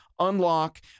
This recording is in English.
unlock